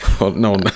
no